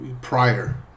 prior